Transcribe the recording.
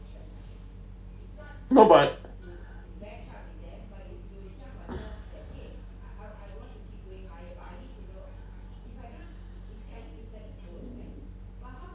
no but